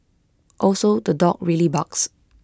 also the dog really barks